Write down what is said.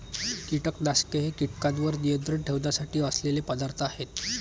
कीटकनाशके हे कीटकांवर नियंत्रण ठेवण्यासाठी असलेले पदार्थ आहेत